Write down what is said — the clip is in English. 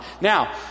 Now